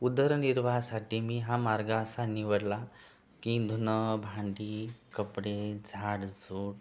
उदरनिर्वाहासाठी मी हा मार्ग असा निवडला की धुणं भांडी कपडे झाडझूड